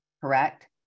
correct